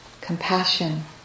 compassion